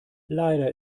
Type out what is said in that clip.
leider